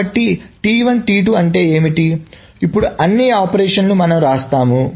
కాబట్టి అంటే ఏమిటిఇప్పుడు అన్ని ఆపరేషన్ల ను మనం రాస్తాము